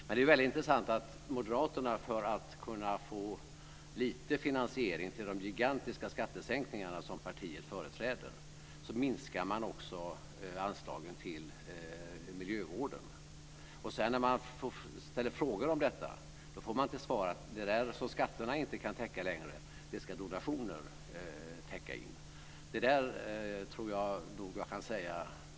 Det är väldigt intressant att moderaterna, för att kunna få lite finansiering till de gigantiska skattesänkningar som partiet företräder, minskar anslagen till miljövården. När man sedan ställer frågor om detta får man till svar att det som skatterna inte längre kan täcka in ska donationer täcka in.